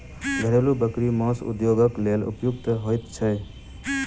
घरेलू बकरी मौस उद्योगक लेल उपयुक्त होइत छै